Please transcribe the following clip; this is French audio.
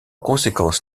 conséquence